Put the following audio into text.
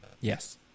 Yes